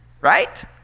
Right